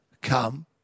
come